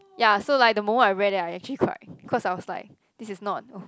ya so like the moment I read it I actually quite cause I was like this is not uh